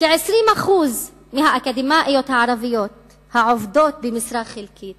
כ-20% מהאקדמאיות הערביות העובדות במשרה חלקית